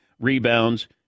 rebounds